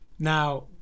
now